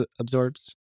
absorbs